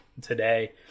today